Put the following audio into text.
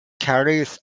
carries